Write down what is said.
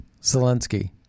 Zelensky